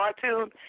cartoon